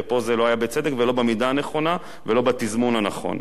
ופה זה לא היה בצדק ולא במידה הנכונה ולא בתזמון הנכון.